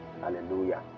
Hallelujah